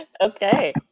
Okay